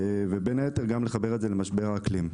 ובין היתר גם לחבר את זה למשבר האקלים.